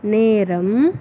நேரம்